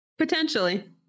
potentially